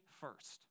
first